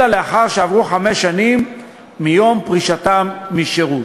אלא לאחר שעברו חמש שנים מיום פרישתם משירות.